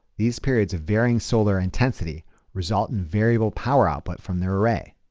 these periods of varying solar intensity result in variable power output from their array.